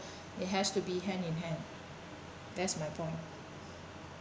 it has to be hand in hand that's my point